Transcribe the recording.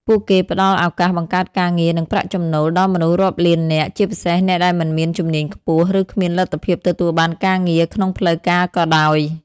ពួកគេផ្តល់ឱកាសបង្កើតការងារ និងប្រាក់ចំណូល ដល់មនុស្សរាប់លាននាក់ ជាពិសេសអ្នកដែលមិនមានជំនាញខ្ពស់ ឬគ្មានលទ្ធភាពទទួលបានការងារក្នុងផ្លូវការក៏ដោយ ។